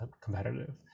competitive